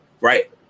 Right